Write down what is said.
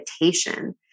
invitation